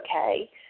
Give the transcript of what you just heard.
okay